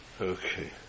Okay